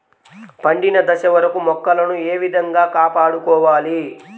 పండిన దశ వరకు మొక్కలను ఏ విధంగా కాపాడుకోవాలి?